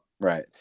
Right